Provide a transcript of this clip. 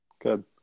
Good